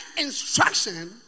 instruction